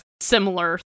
similar